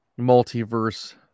multiverse